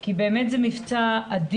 כי זה באמת מבצע אדיר.